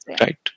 right